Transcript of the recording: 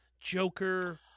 Joker